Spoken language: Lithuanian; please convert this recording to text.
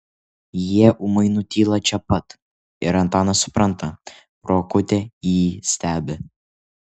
jie ūmai nutyla čia pat ir antanas supranta pro akutę jį stebi